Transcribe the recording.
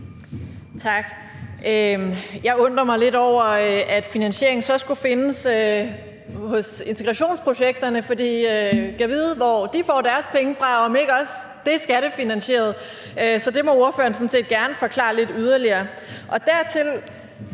Tak. Jeg undrer mig lidt over, at finansieringen så skulle findes i forhold til integrationsprojekterne, for gad vide, hvor de får deres penge fra, altså om ikke også det er skattefinansieret. Så det må ordføreren sådan set gerne forklare lidt yderligere. Dertil